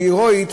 שהיא הירואית,